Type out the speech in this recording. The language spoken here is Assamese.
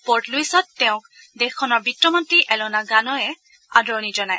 পৰ্ট লুইছত তেওঁক দেশখনৰ বিত্তমন্ত্ৰী এলনা গানয়ে আদৰণি জনায়